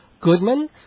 Goodman